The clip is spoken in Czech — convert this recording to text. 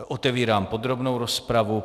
Otevírám podrobnou rozpravu.